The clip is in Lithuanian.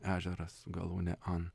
ežeras su galūne an